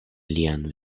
lian